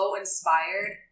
inspired